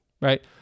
Right